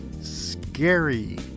scary